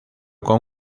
con